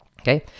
okay